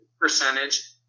percentage